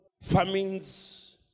Famines